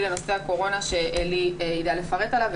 לנושא הקורונה שעלי בינג יודע לפרט עליו,